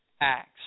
acts